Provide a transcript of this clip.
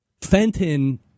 Fenton